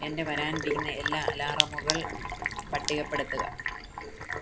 എന്റെ വരാനിരിക്കുന്ന എല്ലാ അലാറമുകള് പട്ടികപ്പെടുത്തുക